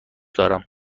دارم